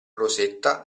rosetta